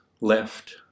left